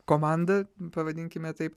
komanda pavadinkime taip